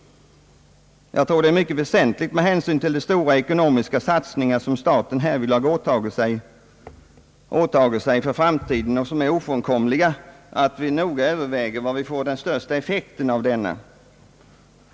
Jag tror att det är mycket väsentligt med hänsyn till de stora ekonomiska satsningar som staten härvidlag åtager sig för framtiden, och som är ofrånkomliga, att vi noga överväger var vi får den största effekten av statens satsning.